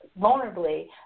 vulnerably